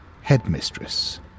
headmistress